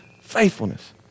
faithfulness